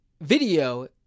video